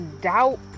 doubt